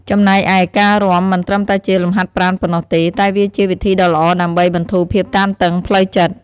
ចំណែកឯ ការរាំមិនត្រឹមតែជាលំហាត់ប្រាណប៉ុណ្ណោះទេ តែវាជាវិធីដ៏ល្អដើម្បី បន្ធូរភាពតានតឹងផ្លូវចិត្ត។